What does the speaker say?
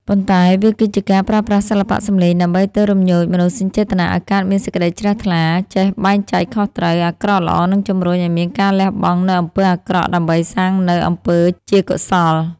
ប៉ុន្តែវាគឺជាការប្រើប្រាស់សិល្បៈសម្លេងដើម្បីទៅរំញោចមនោសញ្ចេតនាឱ្យកើតមានសេចក្តីជ្រះថ្លា ចេះបែងចែកខុសត្រូវ អាក្រក់ល្អ និងជំរុញឱ្យមានការលះបង់នូវអំពើអាក្រក់ដើម្បីសាងនូវអំពើជាកុសល។